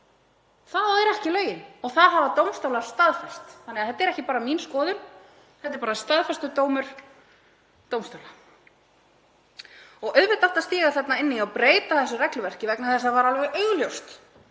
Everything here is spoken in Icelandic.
Það eru ekki lögin og það hafa dómstólar staðfest. Þannig að þetta er ekki bara mín skoðun, þetta er bara staðfestur dómur dómstóla. Auðvitað átti að stíga þarna inn í og breyta þessu regluverki vegna þess að það var alveg augljóst